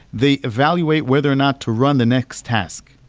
they evaluate whether or not to run the next task.